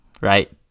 right